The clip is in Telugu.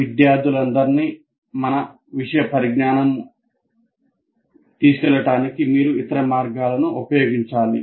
విద్యార్థులందరినీ మన విషయ పరిజ్ఞానము తీసుకెళ్లడానికి మీరు ఇతర మార్గాలను ఉపయోగించాలి